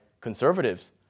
conservatives